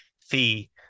fee